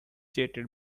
jetted